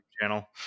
channel